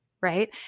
right